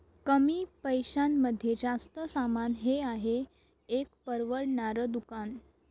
कमी पैशांमध्ये जास्त सामान हे आहे एक परवडणार दुकान